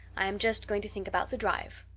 i'm just going to think about the drive.